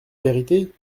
vérité